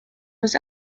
was